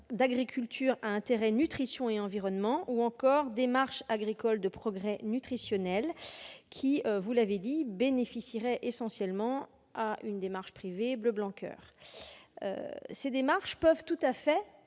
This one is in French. d'agriculture à intérêt nutrition et environnement » ou « démarche agricole de progrès nutritionnel », qui bénéficierait essentiellement à la démarche privée Bleu-Blanc-Coeur. Ces démarches peuvent tout à fait